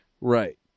Right